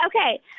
okay